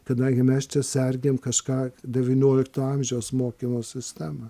kadangi mes čia sergėjom kažką devyniolikto amžiaus mokymo sistemą